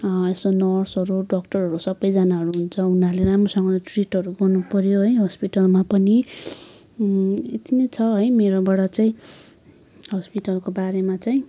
यसो नर्सहरू डाक्टरहरू सबैजनाहरू हुन्छ उनीहरूले राम्रोसँगले ट्रिटहरू गर्नु पऱ्यो है हस्पिटलमा पनि यति नै छ है मेरोबाट चाहिँ हस्पिटलको बारेमा चाहिँ